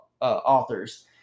authors